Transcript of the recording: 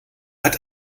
hat